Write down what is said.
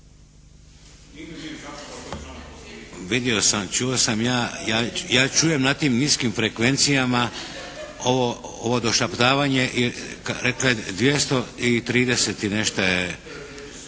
Vidio sam, čuo sam ja. Ja čujem na tim niskim frekvencijama ovo došaptavanje. Rekla je 230 i nešto je.